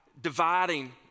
dividing